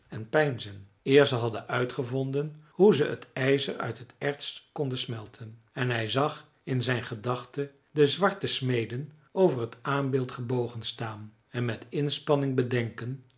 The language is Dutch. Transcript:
en peinzen eer ze hadden uitgevonden hoe ze het ijzer uit het erts konden smelten en hij zag in zijn gedachten de zwarte smeden over het aambeeld gebogen staan en met inspanning bedenken